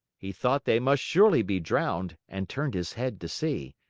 he thought they must surely be drowned and turned his head to see.